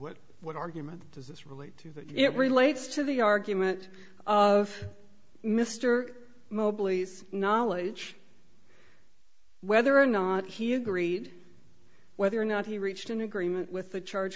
what argument does this relate to that it relates to the argument of mr mobley's knowledge whether or not he agreed whether or not he reached an agreement with the charge